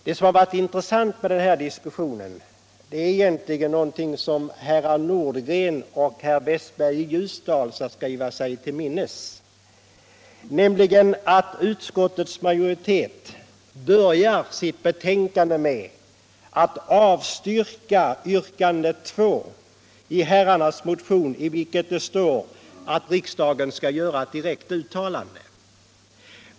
Det som har varit intressant i den här diskussionen är egentligen någonting som herrar Nordgren och Westberg i Ljusdal bör skriva sig till minnes, nämligen att utskottets majoritet börjar sitt betänkande med att avstyrka yrkande 2 i herrarnas motion, i vilket det står att riksdagen skall göra ett direkt uttalande.